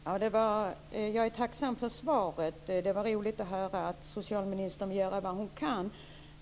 Fru talman! Jag är tacksam för svaret. Det var roligt att höra att socialministern gör vad hon kan.